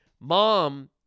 mom